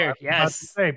Yes